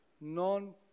non